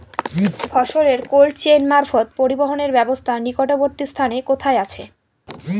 ফসলের cold chain মারফত পরিবহনের ব্যাবস্থা নিকটবর্তী স্থানে কোথায় আছে?